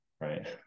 Right